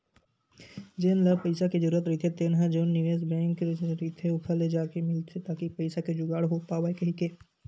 जेन ल पइसा के जरूरत रहिथे तेन ह जउन निवेस बेंक रहिथे ओखर ले जाके मिलथे ताकि पइसा के जुगाड़ हो पावय कहिके